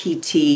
PT